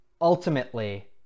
Ultimately